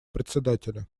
председателя